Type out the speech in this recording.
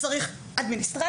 צריך אדמיניסטרציה.